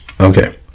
Okay